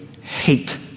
hate